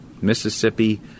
Mississippi